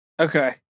okay